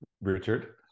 Richard